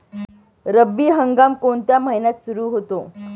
रब्बी हंगाम कोणत्या महिन्यात सुरु होतो?